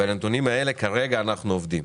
על הנתונים האלה כרגע אנחנו עובדים.